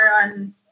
on